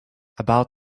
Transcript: about